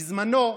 בזמנו,